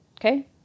Okay